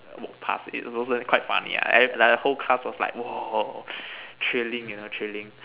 walk past it so so quite funny ah like the whole class was like !whoa! thrilling you know thrilling